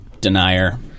denier